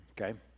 okay